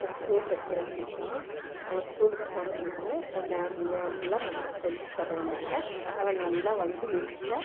இப்போது ஸ்கூலில் சேர்த்துட்டோம் அவன் ஸ்கூல்லுக்கு போவதுனால இப்போ மேம் மேமெலாம் நல்லா சொல்லித்தரதினால அவன் நல்லா வந்து வீட்டில்